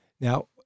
Now